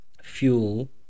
fuel